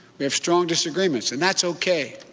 we have strong disagreements, and that's okay.